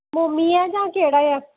mommy ऐ जां केह्ड़ा ऐ